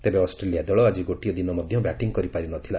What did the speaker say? ତେବେ ଅଷ୍ଟ୍ରେଲିଆ ଦଳ ଆଜି ଗୋଟିଏ ଦିନ ମଧ୍ୟ ବ୍ୟାଟିଂ କରିପାରି ନ ଥିଲା